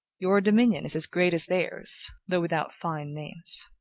your dominion is as great as theirs, though without fine names.